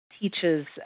teaches